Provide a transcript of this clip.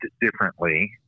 differently